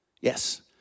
Yes